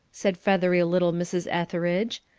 said feathery little mrs. etheridge.